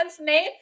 name